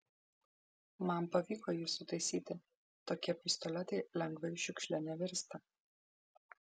man pavyko jį sutaisyti tokie pistoletai lengvai šiukšle nevirsta